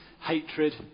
hatred